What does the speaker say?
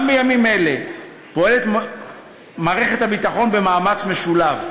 גם בימים אלה פועלת מערכת הביטחון במאמץ משולב,